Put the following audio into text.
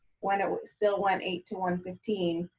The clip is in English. when it was still one eight to one fifteen,